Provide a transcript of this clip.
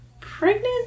pregnant